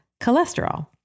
cholesterol